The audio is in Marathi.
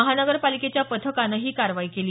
महानगरपालिकेच्या पथकानं ही कारवाई केली